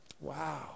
Wow